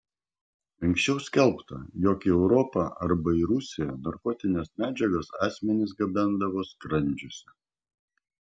anksčiau skelbta jog į europą arba į rusiją narkotines medžiagas asmenys gabendavo skrandžiuose